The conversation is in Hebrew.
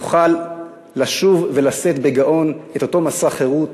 נוכל לשוב ולשאת בגאון את אותו מסע חירות